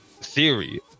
theory